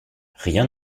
rien